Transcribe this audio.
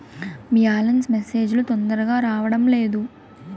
Balance message లు తొందరగా రావడం లేదు?